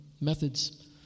methods